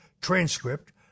transcript